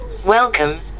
Welcome